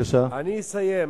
אני אסיים,